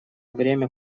время